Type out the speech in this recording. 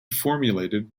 formulated